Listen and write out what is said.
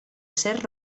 ser